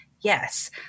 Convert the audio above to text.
yes